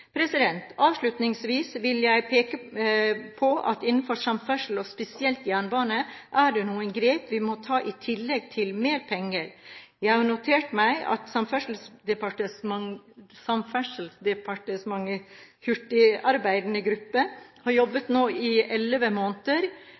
Avslutningsvis vil jeg peke på at innenfor samferdsel, og spesielt jernbane, er det noen grep vi må ta i tillegg til mer penger. Jeg har notert meg at Samferdselsdepartementets hurtigarbeidende gruppe, som har